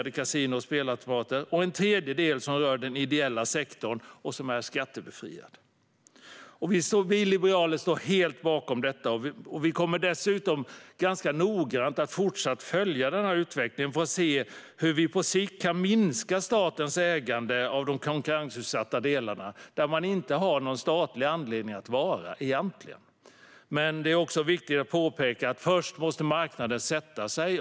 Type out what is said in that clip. Den tredje delen rör den ideella sektorn, som är skattebefriad. Vi liberaler står helt bakom detta. Vi kommer dessutom noggrant att fortsätta följa denna utveckling för att se hur vi på sikt kan minska statens ägande av de konkurrensutsatta delarna, där staten egentligen inte har någon anledning att vara. Men det är också viktigt att påpeka att marknaden först måste få sätta sig.